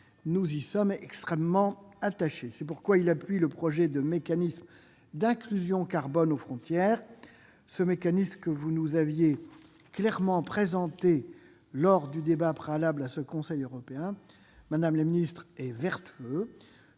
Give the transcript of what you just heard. nous y sommes extrêmement attachés. C'est pourquoi il appuie le projet de mécanisme d'inclusion carbone aux frontières. Ce mécanisme, que vous nous aviez clairement présenté lors du débat préalable à ce Conseil européen, est vertueux.